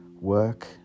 Work